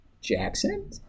Jackson